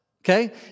Okay